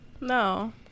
No